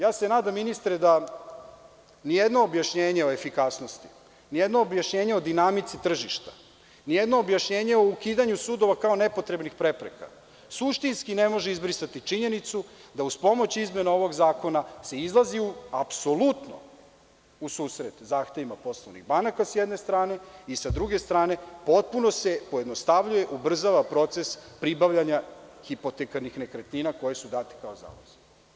Ja se nadam ministre da ni jedno objašnjenje o efikasnosti, ni jedno objašnjenje o dinamici tržišta, ni jedno objašnjenje o ukidanju sudova kao nepotrebnih prepreka suštinski ne može izbrisati činjenicu da uz pomoć izmena ovog zakona se izlazi apsolutno u susret zahtevima poslovnih banaka s jedne strane i sa druge strane potpuno se pojednostavljuje, ubrzava proces pribavljanja hipotekarnih nekretnina, koje su dati kao zalozi.